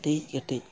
ᱠᱟᱹᱴᱤᱡ ᱠᱟᱹᱴᱤᱡ